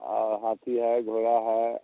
are हाथी है घोड़ा है